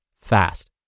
fast